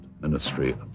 Ministry